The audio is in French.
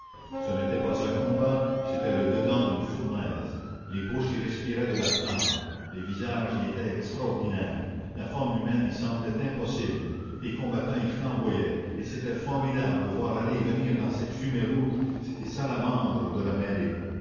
ce n'était pas un combat c'était le dedans d'une fournaise les bouches y respiraient de la flamme les visages y étaient extraordinaires la forme humaine y semblait impossible les combattants y flamboyaient et c'était formidable de voir aller et venir dans cette fumée rouge ces salamandres de la mêlée